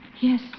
Yes